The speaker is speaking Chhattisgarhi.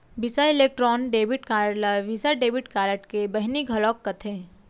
बिसा इलेक्ट्रॉन डेबिट कारड ल वीसा डेबिट कारड के बहिनी घलौक कथें